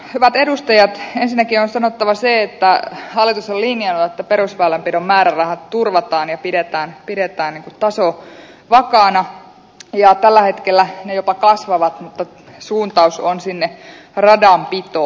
hyvät edustajat ensinnäkin on sanottava se että hallitus on linjannut että perusväylänpidon määrärahat turvataan ja pidetään taso vakaana ja tällä hetkellä ne jopa kasvavat mutta suuntaus on sinne radanpitoon